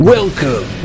Welcome